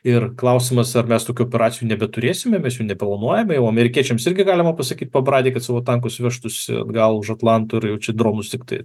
ir klausimas ar mes tokių operacijų nebeturėsime mes jų neplanuojame o amerikiečiams irgi galima pasakyt pabradėj kad savo tankus vežtųsi atgal už atlanto ir čia dronus tiktai